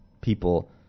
people